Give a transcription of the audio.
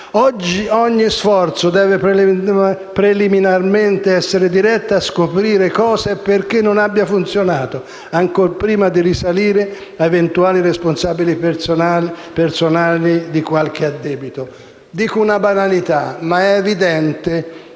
Oggi ogni sforzo deve preliminarmente essere diretto a scoprire cosa e perché non abbia funzionato, ancor prima di risalire a eventuali responsabilità personali di qualche addetto. Dico una banalità, ma è evidente